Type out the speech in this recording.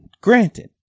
granted